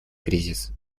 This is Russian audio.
кризис